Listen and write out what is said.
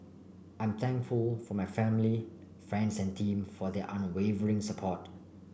I'm thankful for my family friends and team for their unwavering support